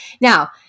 now